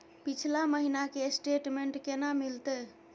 पिछला महीना के स्टेटमेंट केना मिलते?